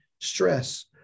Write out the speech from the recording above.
stress